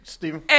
Stephen